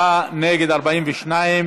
בעד, 27, נגד, 42,